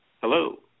Hello